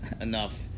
enough